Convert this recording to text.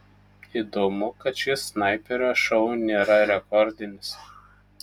įdomu kad šis snaiperio šou nėra rekordinis